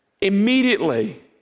Immediately